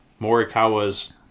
Morikawa's